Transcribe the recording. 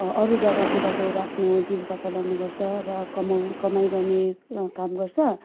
अरू जग्गातिर गएर आफ्नो जीविका चलाउने गर्छ र कमाउ कमाइ गर्ने काम गर्छ